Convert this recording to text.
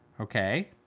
Okay